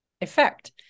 effect